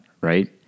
right